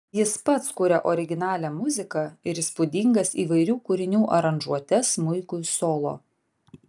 jis pats kuria originalią muziką ir įspūdingas įvairių kūrinių aranžuotes smuikui solo